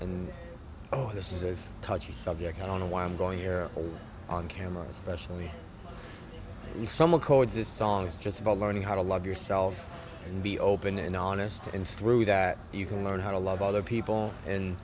and oh this is a touchy subject i don't know why i'm going here on camera specially some of coexist songs just about learning how to love yourself and be open and honest and through that you can learn how to love other people and